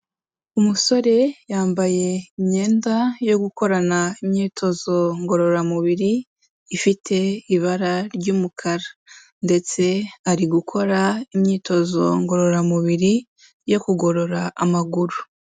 Umusore yambaye imyenda yo gukorana imyitozo ngororamubiri ifite ibara ry'umukara, ndetse ari gukora imyitozo ngororamubiri yo kugorora amaguru.